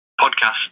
podcast